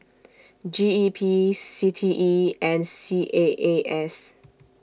G E P C T E and C A A S